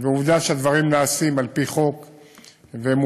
ועובדה שהדברים נעשים על-פי חוק ומוסדרים,